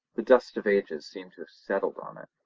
the dust of ages seemed to have settled on it,